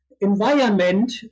environment